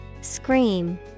Scream